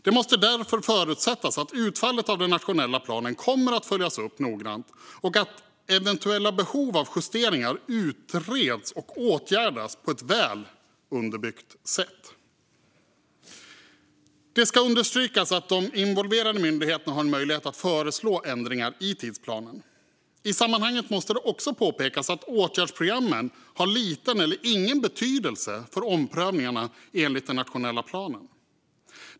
Det måste därför förutsättas att utfallet av den nationella planen kommer att följas upp noggrant och att eventuella behov av justeringar utreds och åtgärdas på ett väl underbyggt sätt. Det ska understrykas att de involverade myndigheterna har en möjlighet att föreslå ändringar i tidsplanen. I sammanhanget måste det också påpekas att åtgärdsprogrammen har liten eller ingen betydelse för omprövningarna enligt den nationella planen.